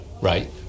right